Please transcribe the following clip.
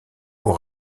aux